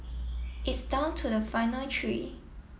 it's down to the final three